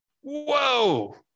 Whoa